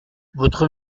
votre